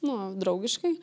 nu draugiškai